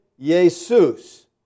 Jesus